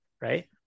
right